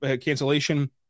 cancellation